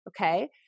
okay